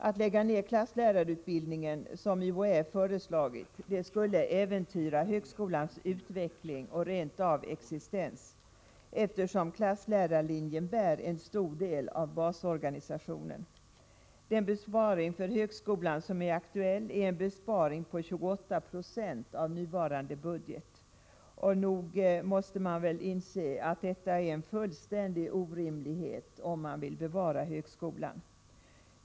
Att lägga ner klasslärarutbildningen, som UHÄ föreslagit, skulle äventyra högskolans utveckling och rent av dess existens, eftersom klasslärarlinjen bär en stor del av basorganisationen. Den besparing för högskolan som är aktuell uppgår till 28970 av nuvarande budget. Nog måste man inse att det är fullständigt orimligt om man vill bevara högskolan.